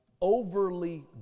overly